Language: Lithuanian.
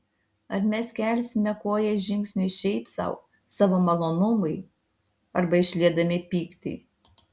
ar mes kelsime koją žingsniui šiaip sau savo malonumui arba išliedami pyktį